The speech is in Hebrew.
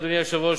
אדוני היושב-ראש,